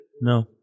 no